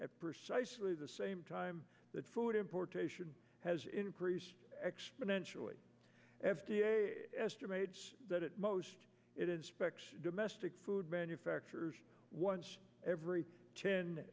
at precisely the same time that food importation has increased exponentially f d a estimates that at most it inspects domestic food manufacturers once every ten